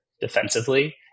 defensively